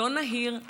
לא נהיר,